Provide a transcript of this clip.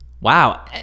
Wow